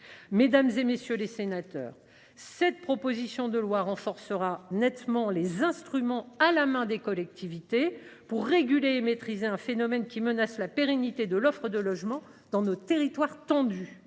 Mesdames, messieurs les sénateurs, cette proposition de loi renforcera nettement les instruments dont disposent les collectivités territoriales pour réguler et maîtriser un phénomène qui menace la pérennité de l’offre de logements dans nos territoires tendus.